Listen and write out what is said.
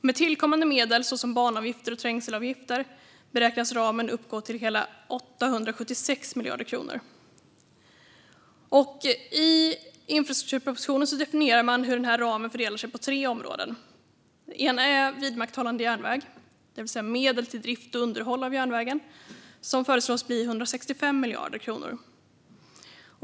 Med tillkommande medel, såsom banavgifter och trängselavgifter, beräknas ramen uppgå till hela 876 miljarder kronor. I infrastrukturpropositionen definierar man hur ramen fördelar sig på tre områden: Det ena området är vidmakthållande järnväg, det vill säga medel till drift och underhåll av järnvägen som föreslås bli 165 miljarder kronor.